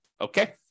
okay